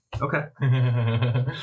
Okay